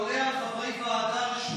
אתה עולה על חברי ועדה רשומים.